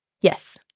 yes